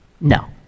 No